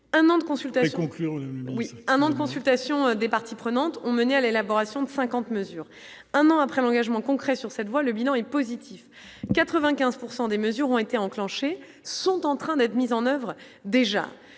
un an de consultations des parties prenantes ont mené à l'élaboration de 50 mesures, un an après l'engagement concret sur cette voie, le bilan est positif 95 pour 100 des mesures ont été enclenchées sont en train d'être mises en oeuvre, déjà